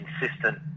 consistent